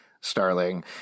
Starling